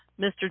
Mr